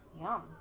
Yum